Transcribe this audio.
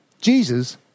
Jesus